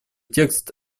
текст